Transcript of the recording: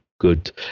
Good